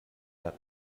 met